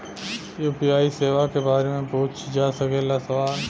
UPI सेवा के बारे में पूछ जा सकेला सवाल?